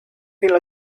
feel